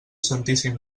santíssim